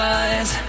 eyes